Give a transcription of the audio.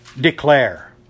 Declare